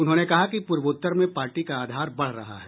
उन्होंने कहा कि पूर्वोत्तर में पार्टी का आधार बढ़ रहा है